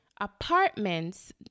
apartments